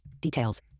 Details